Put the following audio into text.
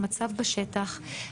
המצב בשטח,